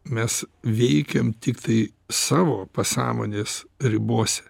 mes veikiam tiktai savo pasąmonės ribose